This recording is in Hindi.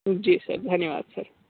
जी सर धन्यवाद सर